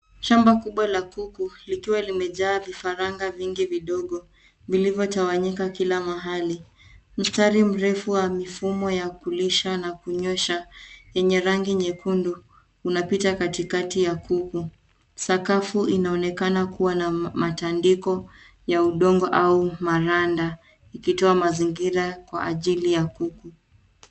Shamba kubwa la kuku likiwa limejaa vifaranga vingi vidogo vilivyotawanyika kila mahali. Mstari mrefu wa mifumo ya kulisha na kunywesha yenye rangi nyekundu unapita katikati ya kuku. Sakafu inaonekana kuwa na matandiko ya udongo au maranda ikitoa mazingira kwa ajili ya kuku.